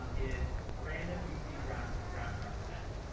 is random goofy draft draft archetypes.